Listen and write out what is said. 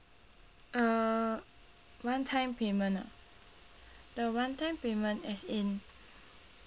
uh one time payment ah the one time payment as in